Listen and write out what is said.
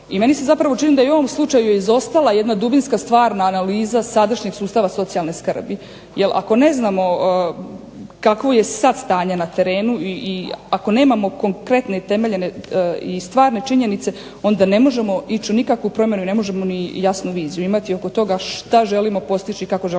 i meni se zapravo čini da i u ovom slučaju je izostala jedna dubinska stvarna analiza sadašnjeg sustava socijalne skrbi, jer ako ne znamo kakvo je sad stanje na terenu, i ako nemamo konkretne i temeljene i stvarne činjenice, onda ne možemo ići u nikakvu promjenu i ne možemo ni jasnu viziju imati oko toga šta želimo postići i kako želimo